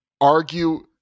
argue